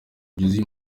byuzuye